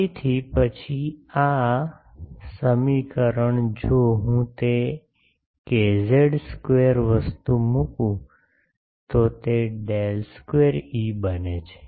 તેથી પછી આ આ સમીકરણ જો હું તે કેઝેડ સ્ક્વેર વસ્તુ મૂકું તો તે ડેલ સ્ક્વેર ઇ બને છે